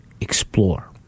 explore